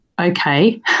okay